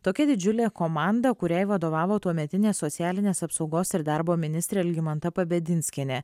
tokia didžiulė komanda kuriai vadovavo tuometinė socialinės apsaugos ir darbo ministrė algimanta pabedinskienė